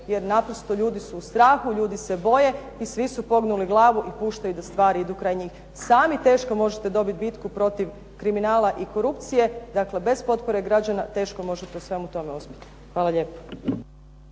jer naprosto ljudi su u strahu, ljudi se boje i svi su pognuli glavu i puštaju da stvari idu kraj njih. Sami teško možete dobiti bitku protiv kriminala i korupcije. Dakle, bez potpore građana teško možete u svemu tome uspjeti. Hvala lijepo.